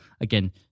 Again